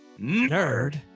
nerd